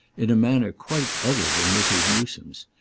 in a manner quite other than mrs. newsome's,